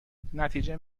نتیجه